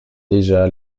déjà